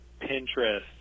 Pinterest